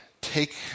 take